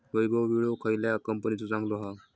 वैभव विळो खयल्या कंपनीचो चांगलो हा?